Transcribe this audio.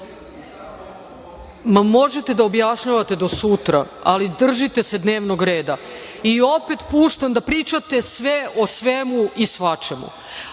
da objašnjavate do sutra, ali držite se dnevnog reda i opet puštam da pričate sve, o svemu i svačemu,